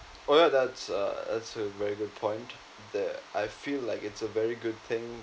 oh ya that's a that's a very good point there I feel like it's a very good thing